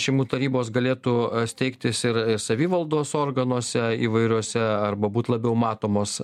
šeimų tarybos galėtų steigtis ir savivaldos organuose įvairiuose arba būt labiau matomos